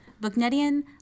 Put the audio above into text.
BookNetian